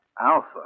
Alpha